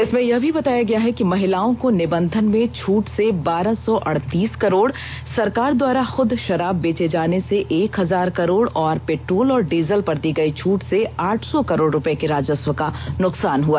इसमें यह भी बताया गया है कि महिलाओं को निबंधन में छुट से बारह सौ अड़तीस करोड़ सरकार द्वारा खुद शराब बेचे जाने से एक हजार करोड़ और पेट्रोल और डीजल पर दी गयी छूट से आठ सौ करोड़ रुपये के राजस्व का नुकसान हुआ